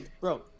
bro